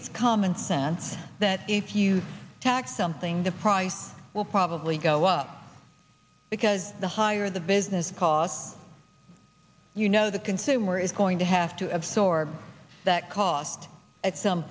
it's common sense that if you tax something the price will probably go up because the higher the business because you know the consumer is going to have to absorb that cost at some